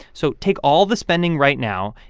so take all the spending right now,